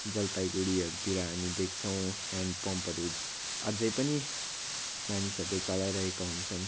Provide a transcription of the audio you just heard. जलपाइगढीहरूतिर हामी देख्छौँ ह्यान्ड पम्पहरू अझै पनि मानिसहरूले चलाइरहेका हुन्छन्